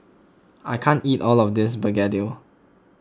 I can't eat all of this Begedil